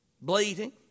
bleating